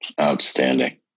Outstanding